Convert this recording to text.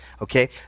Okay